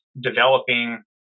developing